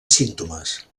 símptomes